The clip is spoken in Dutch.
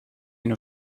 een